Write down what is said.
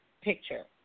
Picture